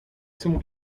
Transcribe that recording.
zum